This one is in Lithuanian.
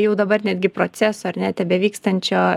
jau dabar netgi proceso ar ne tebevykstančio